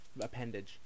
appendage